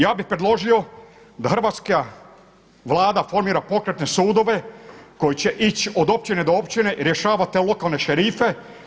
Ja bih predložio da hrvatska Vlada formira pokretne sudove koji će ići od općine do općine i rješavati te lokalne šerife.